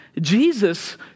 Jesus